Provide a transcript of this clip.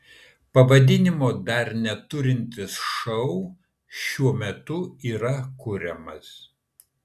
pavadinimo dar neturintis šou šiuo metu yra kuriamas